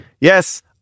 Yes